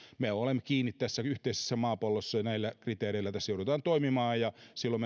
me olemme kiinni tässä yhteisessä maapallossa ja näillä kriteereillä tässä joudutaan toimimaan silloin